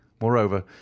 Moreover